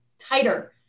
tighter